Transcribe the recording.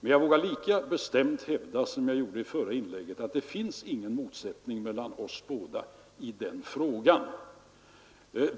Men jag hävdar lika bestämt som i det förra inlägget att det inte finns någon motsättning mellan oss båda i den frågan.